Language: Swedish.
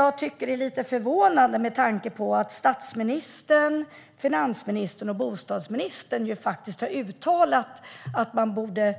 Jag tycker att det är lite förvånande med tanke på att statsministern, finansministern och bostadsministern i en artikel har uttalat att man borde